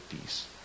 peace